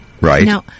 Right